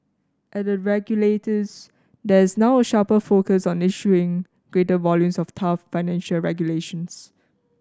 at the regulators there is now a sharper focus on issuing greater volumes of tough financial regulations